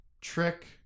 trick